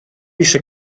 eisiau